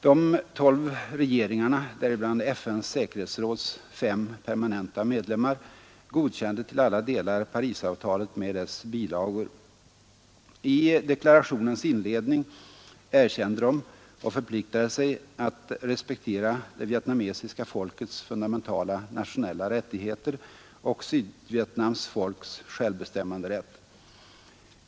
De tolv regeringarna, däribland FN:s säkerhetsråds fem permanenta medlemmar, godkände till alla delar Parisavtalet med dess bilagor. I deklarationens inledning erkände de och förpliktade sig att respektera det vietnamesiska folkets fundamentala nationella rättigheter och Sydvietnams folks självbestämmanderätt.